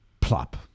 Plop